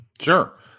Sure